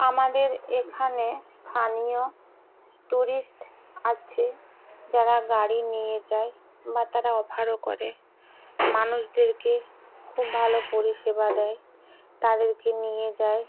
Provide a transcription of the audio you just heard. আমাদের এখানে স্থানীয় টুরিস্ট আছে যারা গাড়ি নিয়ে যায় বা তারা অফারও করে মানুষদেরকে খুব ভালো পরিষেবা দেয় তাদেরকে নিয়ে যায়